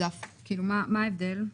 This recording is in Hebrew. מה ההבדל?